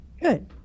Good